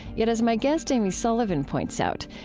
yet, as my guest amy sullivan points out,